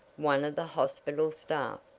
one of the hospital staff.